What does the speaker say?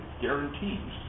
guarantees